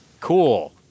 Cool